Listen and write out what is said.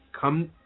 Come